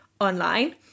online